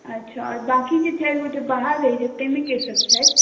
अच्छा बाँकी जे चारि गोटे बाहर रहैत छथि ताहिमे के सब छथि